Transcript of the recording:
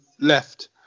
left